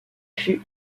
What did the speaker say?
fut